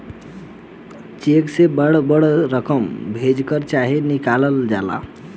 check से बड़ बड़ रकम भेजल चाहे निकालल जाला